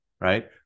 right